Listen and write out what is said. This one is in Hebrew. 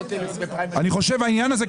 אני חושב שהעניין הזה,